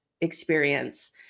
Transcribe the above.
experience